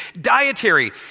Dietary